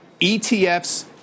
ETFs